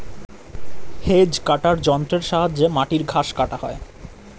hedge cutter যন্ত্রের সাহায্যে মাটির ঘাস কাটা হয়